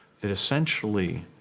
that essentially,